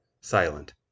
silent